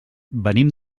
venim